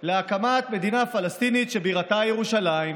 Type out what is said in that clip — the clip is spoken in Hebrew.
להקמת מדינה פלסטינית שבירתה ירושלים.